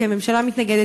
כי הממשלה מתנגדת.